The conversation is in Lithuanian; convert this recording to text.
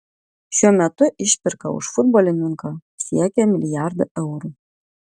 šiuo metu išpirka už futbolininką siekia milijardą eurų